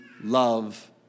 love